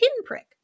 pinprick